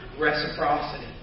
reciprocity